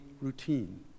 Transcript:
routine